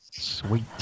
Sweet